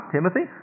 Timothy